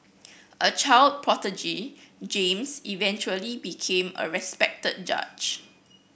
a child prodigy James eventually became a respected judge